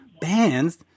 bands